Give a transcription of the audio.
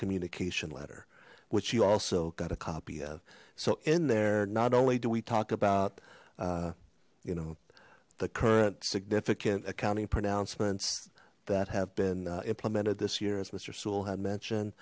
communication letter which he also got a copy of so in there not only do we talk about you know the current significant accounting pronouncements that have been implemented this year as mister sulu had mentioned